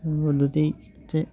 পদ্ধতিতে